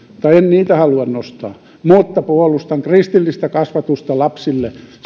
mutta en niitä halua nostaa esiin mutta puolustan kristillistä kasvatusta lapsille